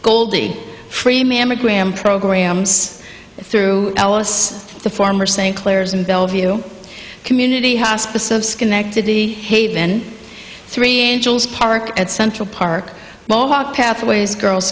goldie free mammogram programs through alice the former st clair's and bellevue community hospice of schenectady haven three angels park at central park mohawk pathways girl